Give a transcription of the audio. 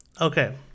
Okay